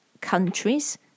countries